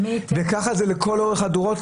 וככה זה לכל אורך הדורות,